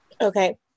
Okay